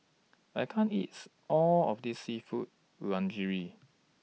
I can't eats All of This Seafood Linguine